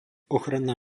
ochranná